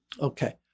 Okay